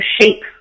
shape